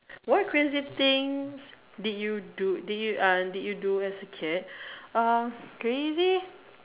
what crazy things did you do did you uh did you do as a kid uh crazy